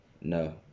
no